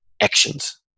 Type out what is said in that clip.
actions